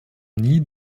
nie